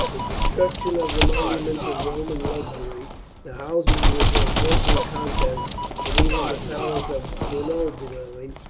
the destruction of the monuments of roman luxury the houses with their costly contents and even the palace of cunobeline,